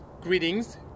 Greetings